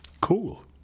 cool